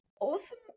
Awesome